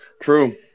True